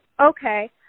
Okay